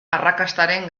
arrakastaren